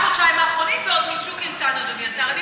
בחודשיים האחרונים, ועוד מצוק איתן, אדוני השר.